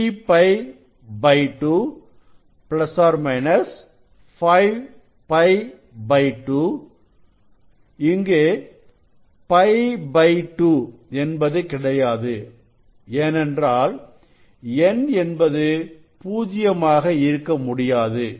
±2n1π2 இங்கு π 2 என்பது கிடையாது ஏனென்றால் n என்பது பூஜ்ஜியமாக இருக்க முடியாது